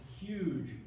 huge